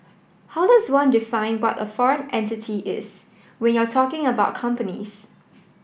how does one define what a foreign entity is when you're talking about companies